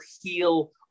heal